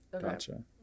gotcha